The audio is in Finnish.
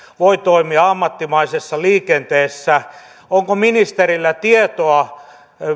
voi toimia ammattimaisessa liikenteessä onko ministerillä tietoa